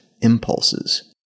impulses